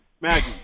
Maggie